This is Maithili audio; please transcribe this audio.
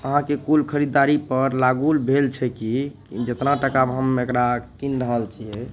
अहाँके कुल खरिदारीपर लागू भेल छै कि जतना टकामे हम एकरा किनि रहल छिए